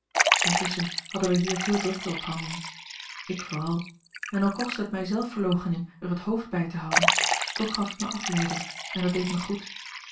intusschen hadden wij hier veel drukte ophanden ik vooral en al kostte het mij zelfverloochening er het hoofd bij te houden toch gaf het mij afleiding en dat deed mij goed